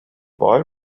boy